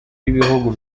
b’ibihugu